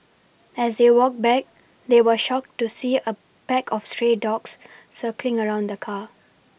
as they walked back they were shocked to see a pack of stray dogs circling around the car